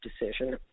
decision